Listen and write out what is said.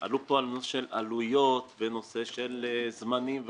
עלה פה נושא של עלויות ונושא של זמנים וכו'.